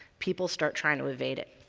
people start trying to evade it.